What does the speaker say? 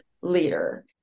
leader